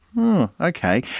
Okay